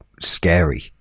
scary